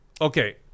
okay